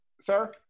Sir